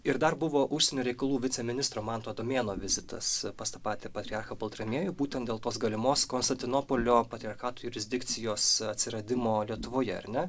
ir dar buvo užsienio reikalų viceministro manto adomėno vizitas pas tą patį patriarchą baltramiejų būtent dėl tos galimos konstantinopolio patriarchato jurisdikcijos atsiradimo lietuvoje ar ne